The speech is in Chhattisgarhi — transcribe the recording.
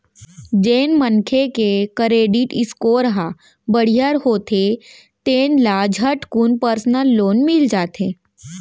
जेन मनखे के करेडिट स्कोर ह बड़िहा होथे तेन ल झटकुन परसनल लोन मिल जाथे